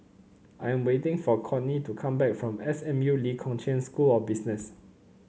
I am waiting for Kortney to come back from S M U Lee Kong Chian School of Business